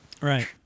Right